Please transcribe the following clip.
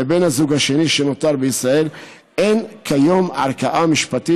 לבן הזוג השני שנותר בישראל אין כיום ערכאה משפטית